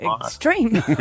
extreme